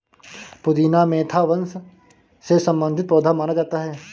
पुदीना मेंथा वंश से संबंधित पौधा माना जाता है